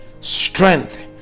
strength